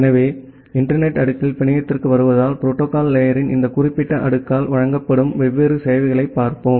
எனவே இன்டர்நெட் அடுக்கில் பிணையத்திற்கு வருவதால் புரோட்டோகால் லேயரின் இந்த குறிப்பிட்ட அடுக்கால் வழங்கப்படும் வெவ்வேறு சேவைகளைப் பார்ப்போம்